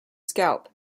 scalp